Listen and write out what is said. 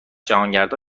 جهانگردا